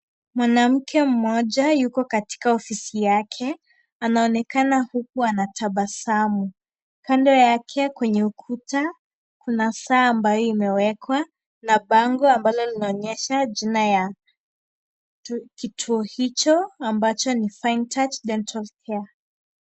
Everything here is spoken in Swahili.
Mwanamke mmoja yuko katika ofisi yake, anaonekana huku anatabasamu. Kando yake kwenye ukuta, kuna saa ambayo imewekwa na bango ambalo linaonyesha jina ya kituo hicho, ambacho ni Fine Touch Dental Care .